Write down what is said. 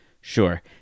Sure